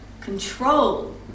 control